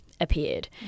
appeared